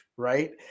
right